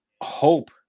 hope